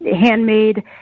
handmade